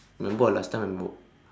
remember or last time